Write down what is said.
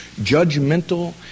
judgmental